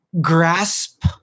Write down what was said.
grasp